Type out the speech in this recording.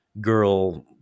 girl